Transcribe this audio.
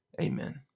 amen